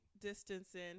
distancing